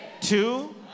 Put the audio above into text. two